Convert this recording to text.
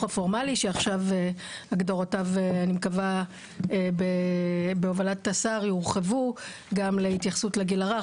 הפורמלי שעכשיו הגדרותיו בהובלת השר יורחבו גם בהתייחסות לגיל הרך,